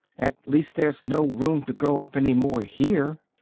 at least there's no room to grow up any more here.